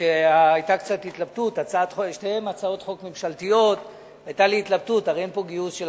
הצעת חוק לתיקון פקודת מס